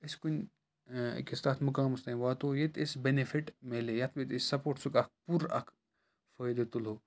أسۍ کُنہِ أکِس تَتھ مُقامَس تانۍ واتو ییٚتہِ اَسہِ بیٚنِفِٹ میلہِ یَتھ منٛز أسۍ سَپوٹسُک اَکھ پوٗرٕ اَکھ فٲیدٕ تُلو